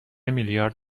میلیارد